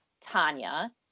Tanya